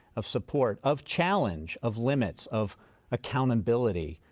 of support, of challenge, of limits, of accountability.